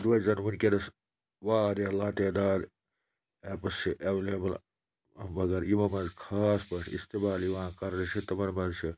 یُدوَے زَن وٕنکٮ۪نَس واریاہ لاتعداد ایپٕس چھِ اٮ۪ولیبٕل مگر یِمو منٛز خاص پٲٹھۍ استعمال یِوان کَرنہٕ چھِ تِمَن منٛز چھِ